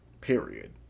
period